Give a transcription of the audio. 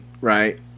right